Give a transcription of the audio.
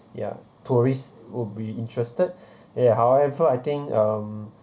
ya tourists would be interested eh however I think um